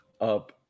up